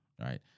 right